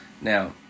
Now